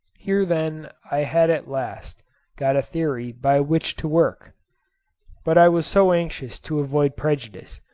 here then i had at last got a theory by which to work but i was so anxious to avoid prejudice,